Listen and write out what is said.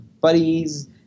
buddies